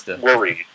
worried